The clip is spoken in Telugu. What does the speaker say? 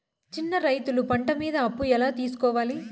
చిన్న రైతులు పంట మీద అప్పు ఎలా తీసుకోవాలి?